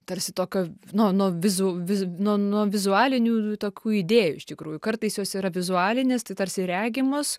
tarsi tokio nuo nuo vizų viz nuo nuo vizualinių tokių idėjų iš tikrųjų kartais jos yra vizualinės tai tarsi regimos